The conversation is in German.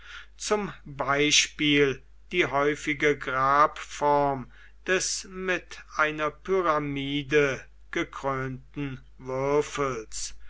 zum beispiel die häufige grabform des mit einer pyramide gekrönten